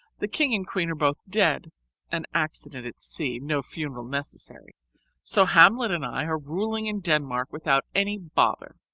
the king and queen are both dead an accident at sea no funeral necessary so hamlet and i are ruling in denmark without any bother.